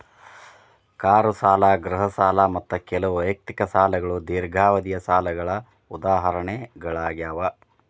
car ಸಾಲ ಗೃಹ ಸಾಲ ಮತ್ತ ಕೆಲವು ವೈಯಕ್ತಿಕ ಸಾಲಗಳು ದೇರ್ಘಾವಧಿಯ ಸಾಲಗಳ ಉದಾಹರಣೆಗಳಾಗ್ಯಾವ